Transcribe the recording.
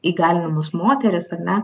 įgalinamos moteris ar ne